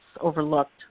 overlooked